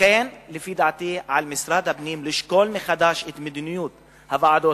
לכן על משרד הפנים לשקול מחדש את מדיניות הוועדות